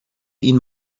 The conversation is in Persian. این